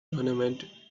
tournament